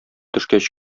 төшкәч